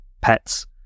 pets